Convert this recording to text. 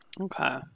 Okay